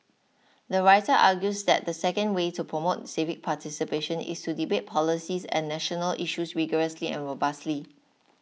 the writer argues that the second way to promote civic participation is to debate policies and national issues rigorously and robustly